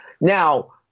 Now